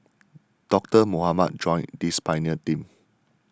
Doctor Mohamed joined this pioneer team